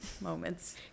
Moments